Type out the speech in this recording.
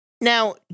Now